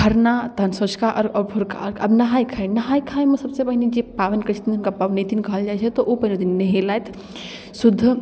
खरना तहन सँझुका अर्घ आओर भोरका अर्घ अब नहाइ खाइ नहाइ खाइमे सबसँ पहिने जे पाबनि करै छथिन हुनका पबनैतिन कहल जाए छै ओ पूरा दिन नहेलथि शुद्ध